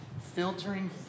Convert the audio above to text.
filtering